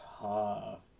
tough